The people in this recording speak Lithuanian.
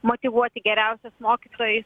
motyvuoti geriausius mokytojus